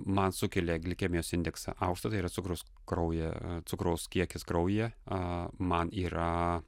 man sukelia glikemijos indeksą aukštą tai yra cukrus kraujyje cukraus kiekis kraujyje a man yra